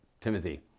Timothy